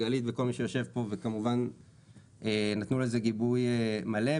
גלית וכל מי שיושב פה, שכמובן נתנו לזה גיבוי מלא.